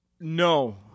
No